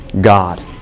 God